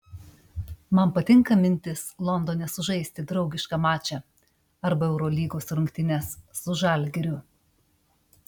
man patinka mintis londone sužaisti draugišką mačą arba eurolygos rungtynes su žalgiriu